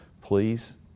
please